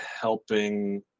helping